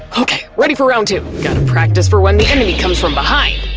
okay, ready for round two! gotta practice for when the enemy comes from behind.